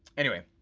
anyway,